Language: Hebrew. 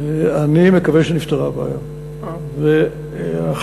נפתרה הבעיה באופקים, אדוני.